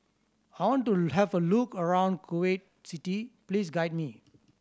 how want to have a look around Kuwait City please guide me